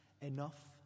Enough